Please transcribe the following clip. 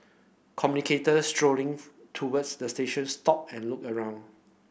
commutators strolling towards the station stopped and looked around